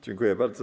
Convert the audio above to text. Dziękuję bardzo.